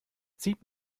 zieht